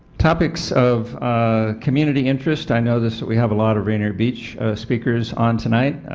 topics of ah community interest, i noticed we have a lot of rainier beach speakers on tonight,